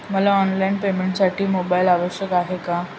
मला ऑनलाईन पेमेंटसाठी मोबाईल आवश्यक आहे का?